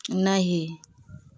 नहीं